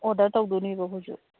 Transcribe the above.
order ꯇꯧꯗꯣꯏꯅꯦꯕ ꯑꯩꯈꯣꯏꯁꯨ